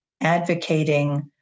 advocating